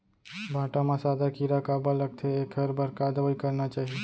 भांटा म सादा कीरा काबर लगथे एखर बर का दवई करना चाही?